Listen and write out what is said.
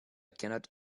cannot